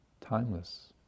timeless